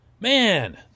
man